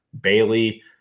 bailey